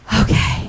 okay